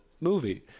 movie